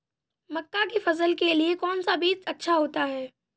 मक्का की फसल के लिए कौन सा बीज अच्छा होता है?